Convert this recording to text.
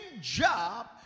job